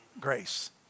grace